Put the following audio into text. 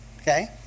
Okay